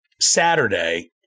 Saturday